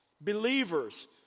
Believers